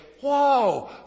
Whoa